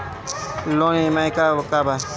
Loan EMI का बा?